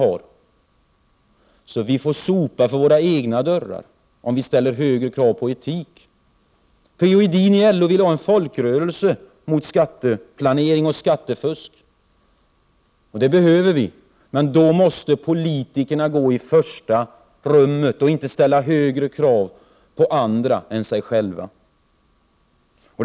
Vi får alltså lov att sopa framför egen dörr. P-O Edin vill åstadkomma en folkopinion mot skatteplanering och skattefusk. Jag menar att det är något som behövs. Men då måste politikerna vara en förebild och inte ställa högre krav på andra än de ställer på sig själva.